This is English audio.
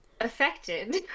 affected